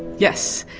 yes.